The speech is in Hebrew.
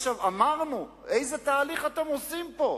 אמרנו: איזה תהליך אתם עושים פה?